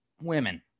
women